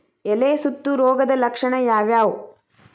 ಎಲೆ ಸುತ್ತು ರೋಗದ ಲಕ್ಷಣ ಯಾವ್ಯಾವ್?